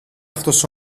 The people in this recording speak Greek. αυτός